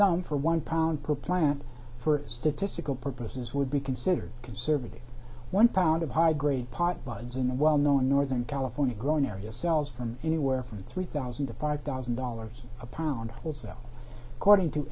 thumb for one pound per plant for statistical purposes would be considered conservative one pound of high grade pot buds in a well known northern california growing area sells from anywhere from three thousand to five thousand dollars a pound or so according to